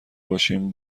باشیم